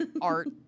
art